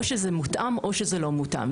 או זה מותאם או זה לא מותאם,